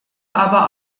aber